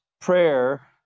prayer